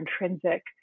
intrinsic